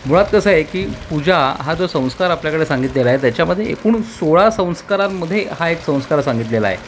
मुळात कसं आहे की पूजा हा जो संस्कार आपल्याकडे सांगितलेला आहे त्याच्यामध्ये एकूण सोळा संस्कारांमध्ये हा एक संस्कार सांगितलेला आहे